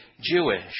Jewish